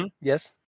Yes